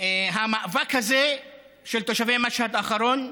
המאבק הזה של תושבי משהד, האחרון,